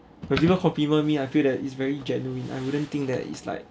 but you know how people mean I feel that is very genuine I wouldn't think that is like